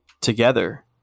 together